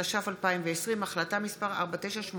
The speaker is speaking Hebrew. התש"ף 2020, החלטה מס' 4980,